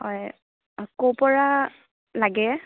হয় ক'ৰ পৰা লাগে